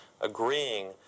agreeing